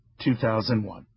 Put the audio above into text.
2001